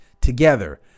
together